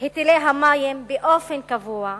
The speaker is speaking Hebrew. את היטלי המים באופן קבוע.